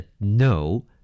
no